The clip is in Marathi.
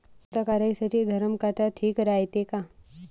कास्तकाराइसाठी धरम काटा ठीक रायते का?